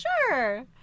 Sure